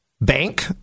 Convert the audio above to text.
Bank